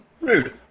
Rude